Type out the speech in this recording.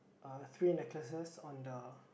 uh three necklaces on the